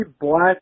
black